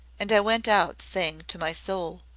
and i went out saying to my soul,